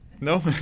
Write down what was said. No